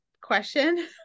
question